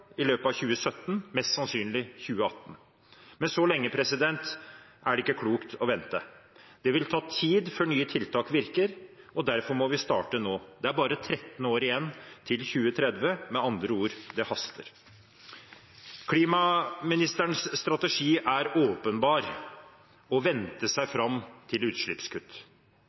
i løpet av 2017, mest sannsynlig 2018. Men så lenge er det ikke klokt å vente. Det vil ta tid før nye tiltak virker, og derfor må vi starte nå. Det er bare 13 år igjen til 2030, med andre ord: Det haster. Klimaministerens strategi er åpenbar: å vente seg fram til utslippskutt.